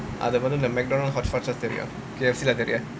அது வந்து இந்த:athu vanthu intha McDonald's hot fudge K_F_C தெரியாது:theriyaathu